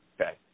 Okay